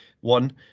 one